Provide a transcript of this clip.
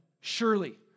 Surely